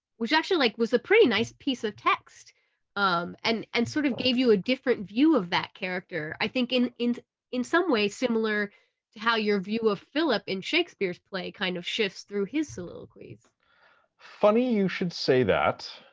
which actually like was a pretty nice piece of text um and and sort of gave you a different view of that character, i think in in in some ways similar to how your view of philip in shakespeare's play kind of shifts through his soliloquies. liam funny you should say that,